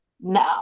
No